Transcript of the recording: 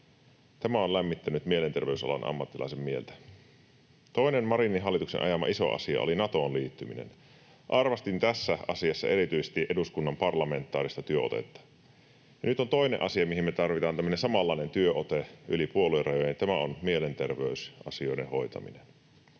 Tämä on lämmittänyt mielenterveysalan ammattilaisen mieltä. Toinen Marinin hallituksen ajama iso asia oli Natoon liittyminen. Arvostin tässä asiassa erityisesti eduskunnan parlamentaarista työotetta. Nyt on toinen asia, mihin me tarvitaan tämmöinen samanlainen työote yli puoluerajojen, ja tämä on mielenterveysasioiden hoitaminen.